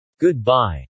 Goodbye